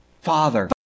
Father